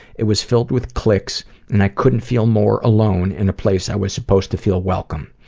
it was filled with cliques and i couldn't feel more alone in a place i was supposed to feel welcome.